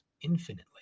infinitely